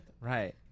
right